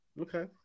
Okay